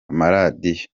amaradiyo